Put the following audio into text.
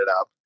up